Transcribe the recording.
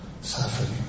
suffering